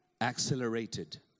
accelerated